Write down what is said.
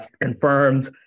confirmed